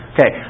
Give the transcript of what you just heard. Okay